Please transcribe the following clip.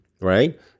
right